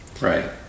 Right